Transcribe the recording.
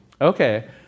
Okay